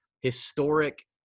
historic